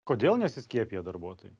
kodėl nesiskiepija darbuotojai